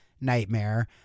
Nightmare